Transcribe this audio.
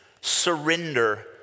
surrender